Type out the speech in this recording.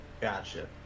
Gotcha